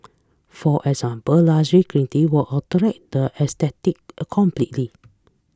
for example lush greenery will alter the aesthetic a completely